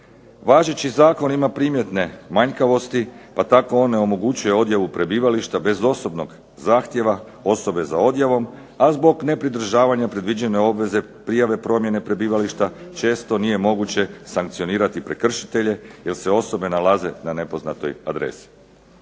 Važeći zakon ima primjetne manjkavosti. Pa tako on ne omogućuje odjavu prebivališta bez osobnog zahtjeva osobe za odjavom, a zbog nepridržavanja predviđene obveze prijave promjene prebivališta često nije moguće sankcionirati prekršitelje jer se osobe nalaze na nepoznatoj adresi.